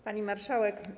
Pani Marszałek!